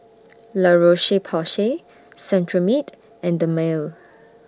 La Roche Porsay Cetrimide and Dermale